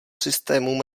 systému